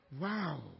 Wow